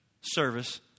service